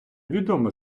відома